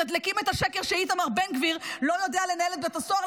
מתדלקים את השקר שאיתמר בן גביר לא יודע לנהל את בית הסוהר,